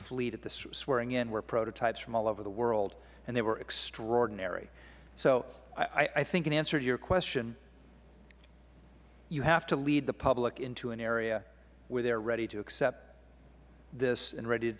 fleet at the swearing in were prototypes from all over the world and they were extraordinary so i think in answer to your question you have to lead the public into an area where they are ready to accept this and are ready to